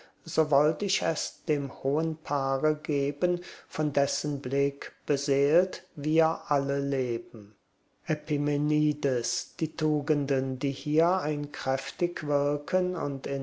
wollt ich es dem hohen paare geben von dessen blick beseelt wir alle leben epimenides die tugenden die hier ein kräftig wirken und